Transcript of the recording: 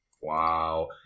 Wow